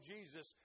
Jesus